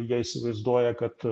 jie įsivaizduoja kad